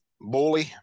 Bully